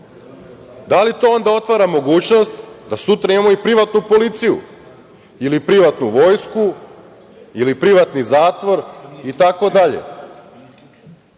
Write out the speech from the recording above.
Da li to onda otvara mogućnost da sutra imamo i privatnu policiju, ili privatnu vojsku, ili privatni zatvor itd?